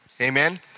Amen